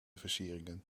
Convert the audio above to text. versieringen